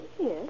Yes